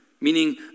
meaning